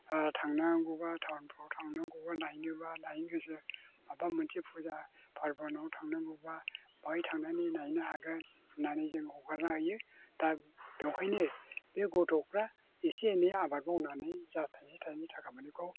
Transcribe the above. थांनांगौबा टाउनफ्राव थांनांगौबा नायनोबा लायनो गोसो माबा मोनसे फुजा फार्बनाव थांनांगौबा बेवहाय थांनानै नायनो हागोन होननानै जों हगारना होयो दा बेवहायनो बे गथ'फोरा एसे एनै आबाद मावनानै जा थाइसे थाइनै थाखा मोनो बेखौ